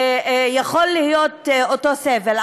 יכול להיות אותו סבל,